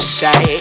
say